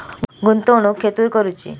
गुंतवणुक खेतुर करूची?